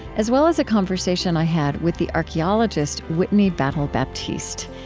as well as a conversation i had with the archaeologist whitney battle-baptiste.